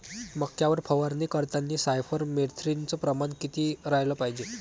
मक्यावर फवारनी करतांनी सायफर मेथ्रीनचं प्रमान किती रायलं पायजे?